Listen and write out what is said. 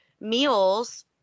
meals –